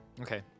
Okay